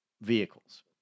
vehicles